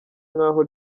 nk’aho